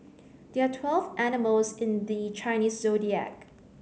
there are twelve animals in the Chinese Zodiac